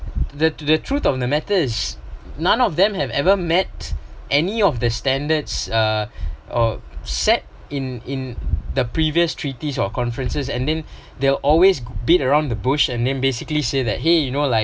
the the truth of the matter is none of them have ever met any of the standards uh or set in in the previous treaties or conferences and then they’ll always beat around the bush and then basically say !hey! you know like